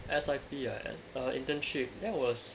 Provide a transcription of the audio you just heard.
S_I_P ah uh internship that was